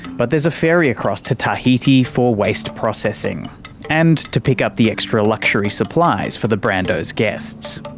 but there's a ferry across to tahiti for waste processing and to pick up the extra luxury supplies for the brando's guests.